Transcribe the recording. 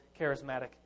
charismatic